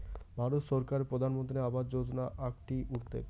ভারত সরকারের প্রধানমন্ত্রী আবাস যোজনা আকটি উদ্যেগ